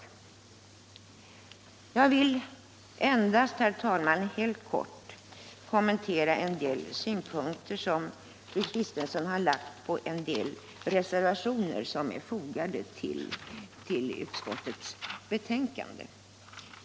Herr talman! Helt kort vill jag kommentera en del synpunkter som fru Kristensson har anfört på några reservationer som är fogade till utskottets betänkande.